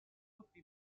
tutti